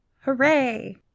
Hooray